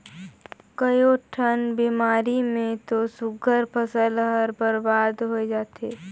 कयोठन बेमारी मे तो सुग्घर फसल हर बरबाद होय जाथे